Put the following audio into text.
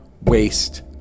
waste